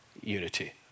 unity